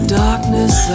darkness